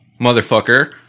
motherfucker